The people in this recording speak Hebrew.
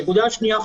מי יעשה את זה?